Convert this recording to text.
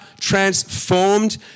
transformed